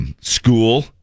school